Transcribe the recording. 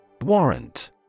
Warrant